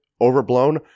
overblown